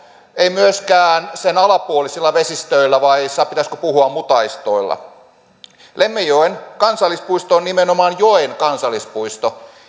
ei myöskään sen alapuolisilla vesistöillä vai pitäisikö puhua mutaistoista lemmenjoen kansallispuisto on nimenomaan joen kansallispuisto